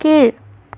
கீழ்